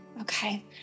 Okay